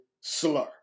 slur